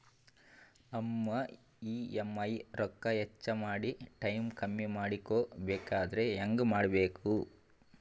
ನಮ್ಮ ಇ.ಎಂ.ಐ ರೊಕ್ಕ ಹೆಚ್ಚ ಮಾಡಿ ಟೈಮ್ ಕಮ್ಮಿ ಮಾಡಿಕೊ ಬೆಕಾಗ್ಯದ್ರಿ ಹೆಂಗ ಮಾಡಬೇಕು?